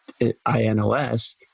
iNOS